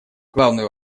главный